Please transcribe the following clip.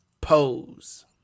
pose